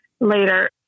later